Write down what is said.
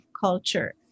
culture